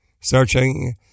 Searching